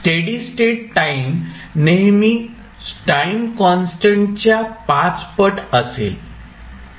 steady state time नेहमी time कॉन्स्टंटच्या 5 पट असेल